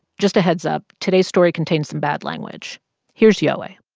just a heads-up today's story contains some bad language here's yowei